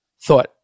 thought